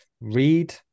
read